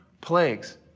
plagues